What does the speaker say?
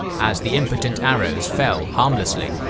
as the impotent arrows fell harmlessly.